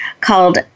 called